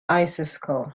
آیسِسکو